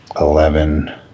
eleven